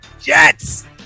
jets